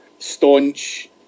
Staunch